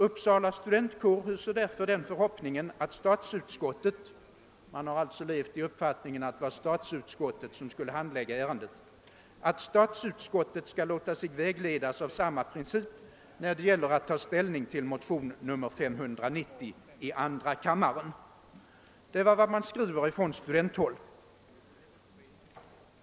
Uppsala studentkår hyser därför den förhoppningen att statsutskottet» — man har: tydligen haft uppfattningen att det var statsutskottet som skulle handlägga ärendet — »skall låta sig vägledas: av samma princip när det gäl ler att ta ställning till motion nr 590 i andra kammaren.» Det är vad man skriver från studenthåll.